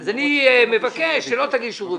אז אני מבקש שלא תגישו רביזיות.